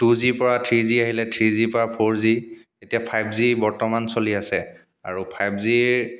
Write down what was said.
two জিৰ পৰা three G আহিলে থ্ৰি জিৰ পৰা ফ'ৰ জি এতিয়া ফাইভ জি বৰ্তমান চলি আছে আৰু ফাইভ জিৰ